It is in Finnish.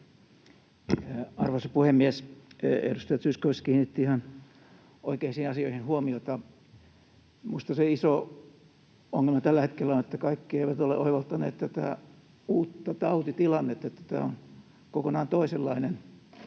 Arvoisa puhemies! Edustaja Zyskowicz kiinnitti ihan oikeisiin asioihin huomiota. Minusta se iso ongelma tällä hetkellä on se, että kaikki eivät ole oivaltaneet tätä uutta tautitilannetta, että tämä on kokonaan toisenlainen,